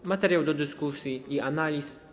To materiał do dyskusji i analiz.